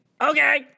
Okay